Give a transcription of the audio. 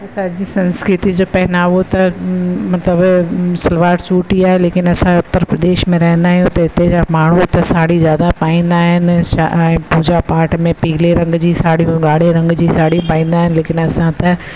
असांजी संस्कृति जो पहनावो त मतलबु सलवार सूट ई आहे लेकिनि असां उत्तर प्रदेश में रहंदा आहियूं त हिते जा माण्हू त साड़ी ज़्यादा पाईंदा आहिनि छा ऐं पूॼा पाठ में पीले रंग जी साड़ी ऐं ॻाढ़े रंग जी साड़ी पाईंदा आहिनि लेकिनि असां त